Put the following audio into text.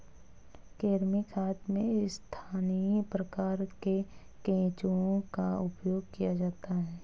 कृमि खाद में स्थानीय प्रकार के केंचुओं का प्रयोग किया जाता है